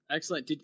Excellent